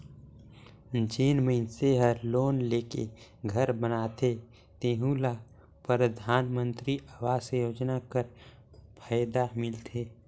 जेन मइनसे हर लोन लेके घर बनाथे तेहु ल परधानमंतरी आवास योजना कर फएदा मिलथे